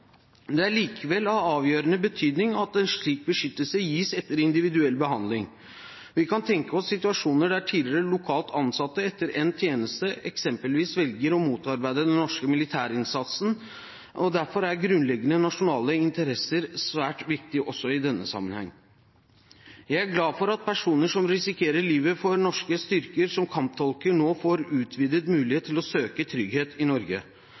Det er likevel av avgjørende betydning at slik beskyttelse gis etter individuell behandling. Vi kan tenke oss situasjoner der tidligere lokalt ansatte etter endt tjeneste eksempelvis velger å motarbeide den norske militærinnsatsen, og derfor er grunnleggende nasjonale interesser svært viktige også i denne sammenheng. Jeg er glad for at personer som risikerer livet for norske styrker, som kamptolker, nå får utvidet mulighet til å søke trygghet i Norge.